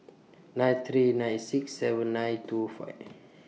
nine three nine six seven nine two five